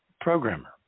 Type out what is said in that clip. programmer